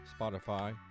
Spotify